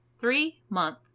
three-month